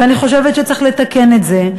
ואני חושבת שצריך לתקן את זה.